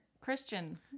Christian